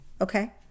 Okay